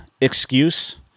excuse